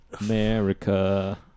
America